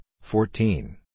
fourteen